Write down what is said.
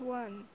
one